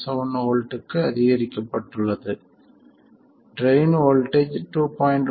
17 வோல்ட்க்கு அதிகரிக்கப்பட்டுள்ளது drain voltage 2